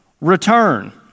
return